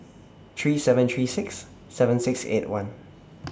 three seven three six seven six eight one